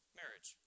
marriage